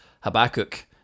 Habakkuk